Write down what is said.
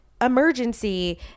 emergency